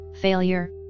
failure